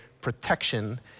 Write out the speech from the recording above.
protection